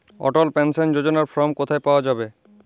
অটল pension যোজনার form কোথায় পাওয়া যাবে?